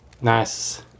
Nice